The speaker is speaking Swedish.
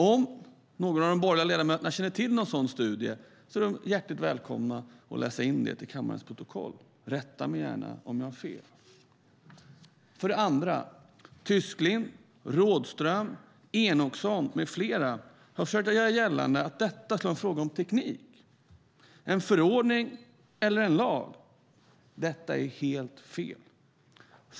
Om någon av de borgerliga ledamöterna känner till någon sådan studie är de hjärtligt välkomna att läsa in det till kammarens protokoll. Rätta mig gärna om jag har fel! För det andra har Tysklind, Rådhström, Enochson med flera försökt göra gällande att detta skulle vara en fråga om teknik, en förordning eller en lag. Det är helt fel.